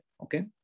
okay